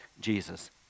Jesus